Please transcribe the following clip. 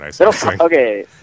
Okay